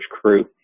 crew